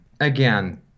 again